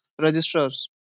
registers